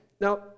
Now